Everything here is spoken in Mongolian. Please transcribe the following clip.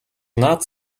наад